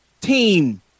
team